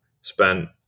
spent